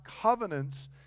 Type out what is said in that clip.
covenants